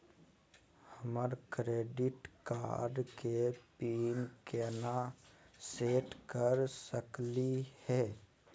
हमर credit card के PIN केना सेट कर सकली हे?